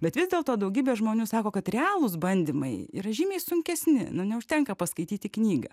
bet vis dėlto daugybė žmonių sako kad realūs bandymai yra žymiai sunkesni nu neužtenka paskaityti knygą